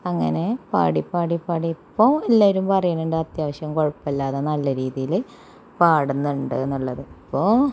അങ്ങനെ പാടി പാടി പാടി ഇപ്പോൾ എല്ലാവരും പറയുന്നുണ്ട് അത്യാവശ്യം കുഴപ്പമില്ലാതെ നല്ല രീതിയിൽ പാടുന്നുണ്ട് എന്നുള്ളത് അപ്പോൾ